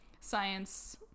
science